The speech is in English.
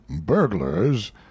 burglars